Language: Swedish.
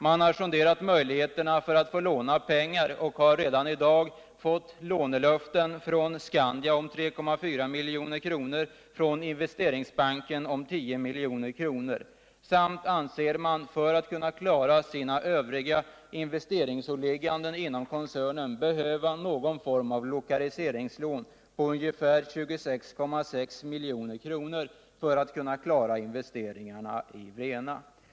Man har sonderat möjligheterna att få låna pengar och har redan i dag fått lånelöften från Skandia om 3,4 miljoner och Investeringsbanken om 10 milj.kr. För att kunna klara sina övriga investeringsåligganden inom koncernen behöver man någon form av lokaliseringslån på 26,6 milj.kr. till investeringarna i Vrena.